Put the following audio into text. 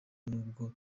n’ubwo